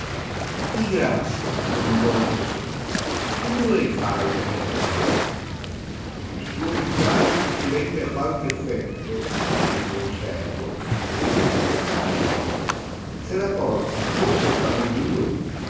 di grazia domandò alice che dovrei fare per entrare il suo picchiare riuscirebbe a qualche effetto continuò il servo senza badare a lei se la porta fosse fra noi due